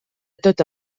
tota